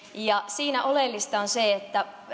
siinä oleellista on se